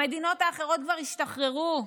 במדינות האחרות כבר השתחררו,